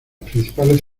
principales